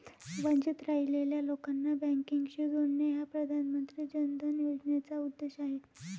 वंचित राहिलेल्या लोकांना बँकिंगशी जोडणे हा प्रधानमंत्री जन धन योजनेचा उद्देश आहे